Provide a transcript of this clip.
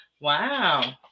Wow